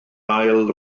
ail